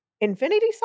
infinity